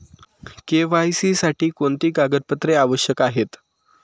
KYC साठी कोणती कागदपत्रे आवश्यक आहेत?